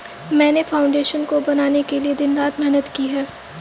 मैंने फाउंडेशन को बनाने के लिए दिन रात मेहनत की है